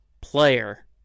player